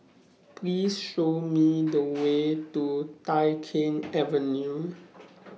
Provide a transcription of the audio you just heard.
Please Show Me The Way to Tai Keng Avenue